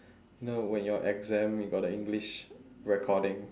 no when your exam you got the english recording